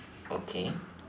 okay